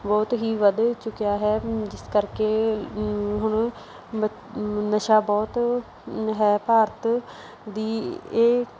ਬਹੁਤ ਹੀ ਵੱਧ ਚੁੱਕਿਆ ਹੈ ਜਿਸ ਕਰਕੇ ਹੁਣ ਮਤ ਨਸ਼ਾ ਬਹੁਤ ਹੈ ਭਾਰਤ ਦੀ ਇਹ